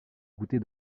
goûter